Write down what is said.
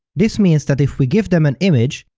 this means that if we give them an image,